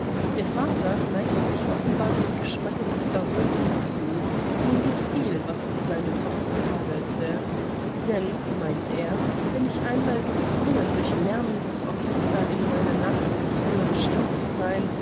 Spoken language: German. der vater neigte sich offenbar dem geschmacke des barons zu ihm gefiel was seine tochter tadelte denn meinte er bin ich einmal gezwungen durch lärmendes orchester in meiner nachmittagsruhe gestört zu sein